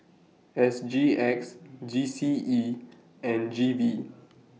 S G X G C E and G V